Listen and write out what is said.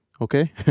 Okay